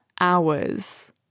hours